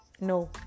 No